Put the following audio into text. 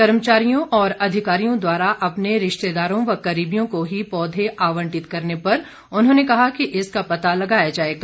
कर्मचारियों और अधिकारियों द्वारा अपने रिश्तेदारों व करीबियों को ही पौधे आवंटित करने पर उन्होंने कहा कि इसका पता लगाया जाएगा